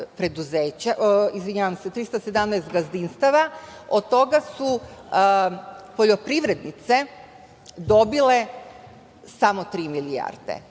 317 gazdinstava, a od toga su poljoprivrednice dobile samo tri milijarde.